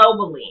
globally